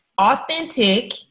authentic